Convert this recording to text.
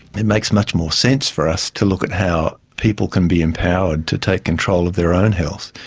it makes much more sense for us to look at how people can be empowered to take control of their own health,